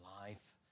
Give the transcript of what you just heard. life